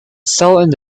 settled